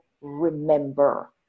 remember